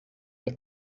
but